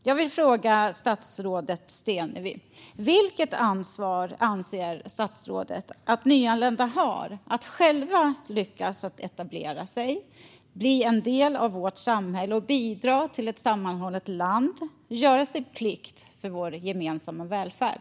Jag vill fråga statsrådet Stenevi: Vilket ansvar anser statsrådet att nyanlända har för att själva lyckas etablera sig, bli en del av vårt samhälle och bidra till ett sammanhållet land - göra sin plikt för vår gemensamma välfärd?